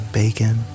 bacon